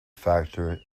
factor